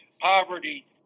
poverty